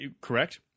Correct